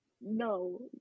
no